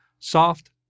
Soft